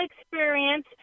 experience